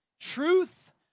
Truth